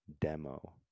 demo